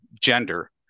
gender